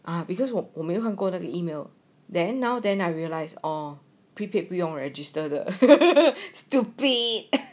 ah because 我我没换过个 email then now then I realise oh prepaid 不用 register 的 stupid